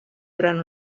durant